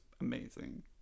amazing